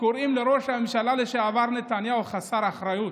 קוראים לראש הממשלה לשעבר נתניהו "חסר אחריות"